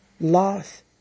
loss